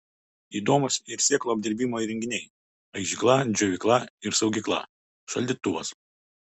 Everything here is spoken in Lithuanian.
įdomūs ir sėklų apdirbimo įrenginiai aižykla džiovykla ir saugykla šaldytuvas